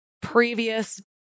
previous